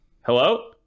Hello